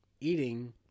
eating